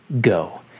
go